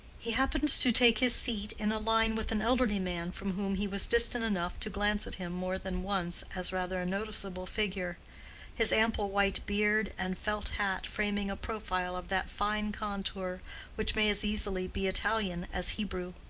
he happened to take his seat in a line with an elderly man from whom he was distant enough to glance at him more than once as rather a noticeable figure his ample white beard and felt hat framing a profile of that fine contour which may as easily be italian as hebrew.